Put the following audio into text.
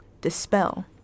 dispel